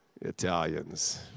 Italians